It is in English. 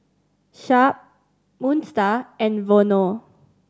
Sharp Moon Star and Vono